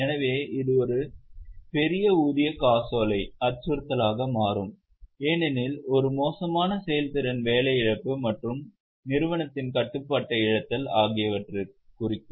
எனவே இது ஒரு பெரிய ஊதிய காசோலை அச்சுறுத்தலாக மாறும் ஏனெனில் ஒரு மோசமான செயல்திறன் வேலை இழப்பு மற்றும் நிறுவனத்தின் கட்டுப்பாட்டை இழத்தல் ஆகியவற்றைக் குறிக்கும்